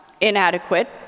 inadequate